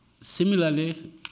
Similarly